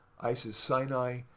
ISIS-Sinai